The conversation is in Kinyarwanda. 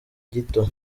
gito